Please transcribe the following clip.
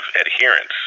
adherence